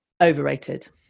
overrated